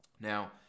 Now